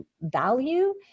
value